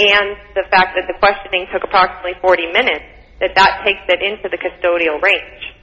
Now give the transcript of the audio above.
and the fact that the questioning took approximately forty minutes that that take that into the custodial